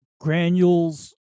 granules